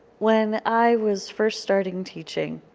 when i was first starting teaching,